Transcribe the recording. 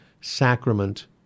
sacrament